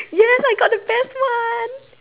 yes I got the best one